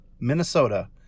minnesota